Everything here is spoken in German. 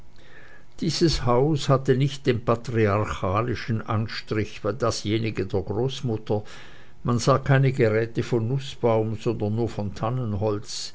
dieses haus hatte nicht den patriarchalischen anstrich wie dasjenige der großmutter man sah keine geräte von nußbaum sondern nur von tannenholz